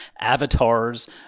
avatars